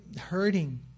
hurting